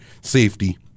Safety